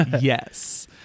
Yes